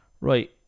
Right